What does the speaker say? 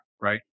Right